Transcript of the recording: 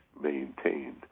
maintained